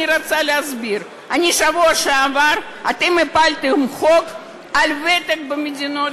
ואני רוצה להסביר: בשבוע שעבר אתם הפלתם חוק על ותק במדינות,